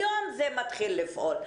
היום זה מתחיל לפעול.